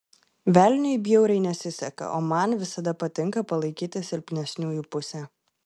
velniui bjauriai nesiseka o man visada patinka palaikyti silpnesniųjų pusę